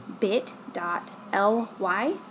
bit.ly